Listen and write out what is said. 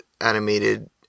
animated